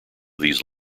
these